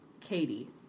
Katie